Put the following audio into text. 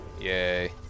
Yay